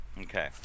Okay